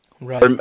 Right